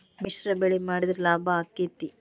ಮಿಶ್ರ ಬೆಳಿ ಮಾಡಿದ್ರ ಲಾಭ ಆಕ್ಕೆತಿ?